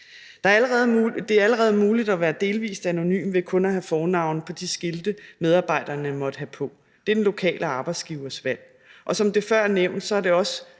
Det er allerede muligt at være delvis anonym ved kun at have fornavne på de skilte, medarbejderne måtte have på. Det er den lokale arbejdsgivers valg. Som det før er nævnt, er det også